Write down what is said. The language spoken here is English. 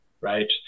right